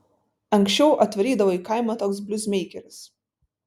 anksčiau atvarydavo į kaimą toks bliuzmeikeris